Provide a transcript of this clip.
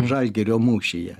žalgirio mūšyje